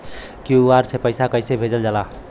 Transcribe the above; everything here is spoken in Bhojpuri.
क्यू.आर से पैसा कैसे भेजल जाला?